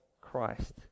Christ